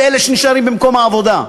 באלו שנשארים במקום העבודה.